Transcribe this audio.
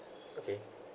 okay